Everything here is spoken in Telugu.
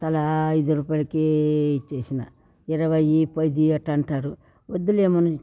తలా ఐదు రూపాయలకే ఇచ్చేస్నా ఇరవై పది అట్ట అంటారు వద్దులే